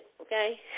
okay